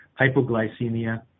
hypoglycemia